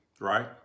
right